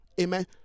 amen